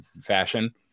fashion